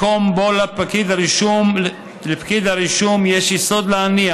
מקום שבו לפקיד הרישום יש יסוד להניח